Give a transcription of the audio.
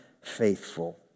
faithful